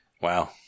Wow